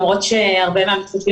למרות שאני מכירה הרבה מהפרצופים.